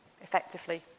effectively